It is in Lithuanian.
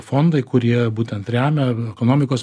fondai kurie būtent remia ekonomikos